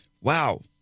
Wow